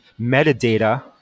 metadata